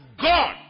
God